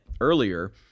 earlier